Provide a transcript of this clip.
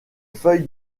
feuilles